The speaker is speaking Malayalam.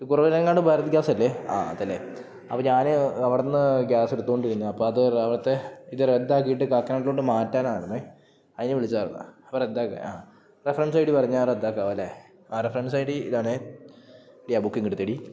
ഈ കുറവനങ്ങാണ്ട് ഭാരത് ഗ്യാസല്ലേ ആ അതല്ലേ അപ്പം ഞാൻ അവിടുന്ന് ഗ്യാസ് എടുത്തോണ്ടിരുന്നു അപ്പം അത് അവിടത്തെ ഇത് റദ്ദാക്കിയിട്ട് കാക്കാനട്ടിലോട്ട് മാറ്റാൻ ആയിരുന്നേ അതിന് വിളിച്ചതാർന്ന് അപ്പം റദ്ദാക്കാൻ ആ റെഫറൻസ് ഐ ഡി പറഞ്ഞാൽ റദ്ദാക്കാമല്ലേ ആ റെഫറൻസ് ഐ ഡി ഇതാണ് എ ആ ബുക്ക് ഇങ് എടുത്തേടീ